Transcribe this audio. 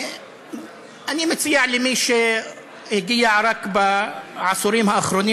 אני מציע למי שהגיע רק בעשורים האחרונים